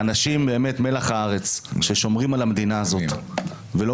לאנשים באמת מלח הארץ ששומרים על המדינה הזאת ולא